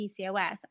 PCOS